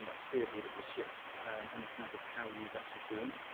that's theobald of the ships on account of how he was actually born.